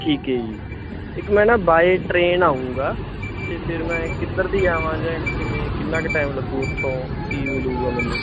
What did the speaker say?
ਠੀਕ ਹੈ ਜੀ ਇੱਕ ਮੈਂ ਨਾ ਬਾਏ ਟਰੇਨ ਆਊਂਗਾ ਤਾਂ ਫਿਰ ਮੈਂ ਕਿੱਧਰ ਦੀ ਆਵਾਂ ਜਾਂ ਕਿਵੇਂ ਕਿੰਨਾ ਕੁ ਟਾਈਮ ਲੱਗੂ ਉੱਥੋਂ ਕੀ ਮਿਲੂਗਾ ਮੈਨੂੰ